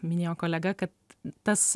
minėjo kolega kad tas